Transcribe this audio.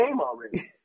already